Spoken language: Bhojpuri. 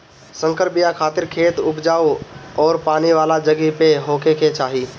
संकर बिया खातिर खेत उपजाऊ अउरी पानी वाला जगही पे होखे के चाही